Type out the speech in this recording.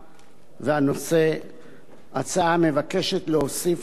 הצעה המבקשת להוסיף לסעיף 214 לחוק העונשין,